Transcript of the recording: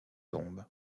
tombe